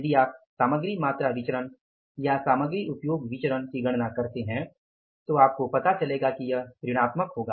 यदि आप सामग्री मात्रा विचरण या सामग्री उपयोग विचरण की गणना करते हैं तो आपको पता चलेगा कि यह ऋणात्मक होगा